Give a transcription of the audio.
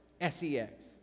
S-E-X